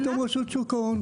מה פתאום רשות שוק ההון?